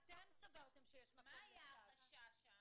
--- זה אתם סברתם שיש מקום ל --- מה היה החשש שם?